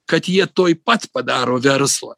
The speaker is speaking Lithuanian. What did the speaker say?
kad jie tuoj pat padaro verslą